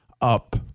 up